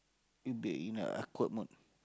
it will be in a awkward mode